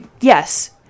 Yes